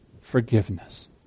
forgiveness